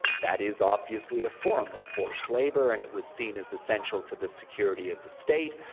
that is obviously a form of forced labor, and it was seen as essential to the security of the state,